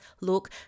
look